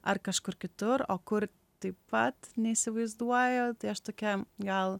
ar kažkur kitur o kur taip pat neįsivaizduoju tai aš tokia gal